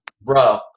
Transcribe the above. Bro